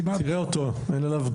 כמעט ולא מסומם.